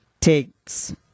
takes